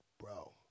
bro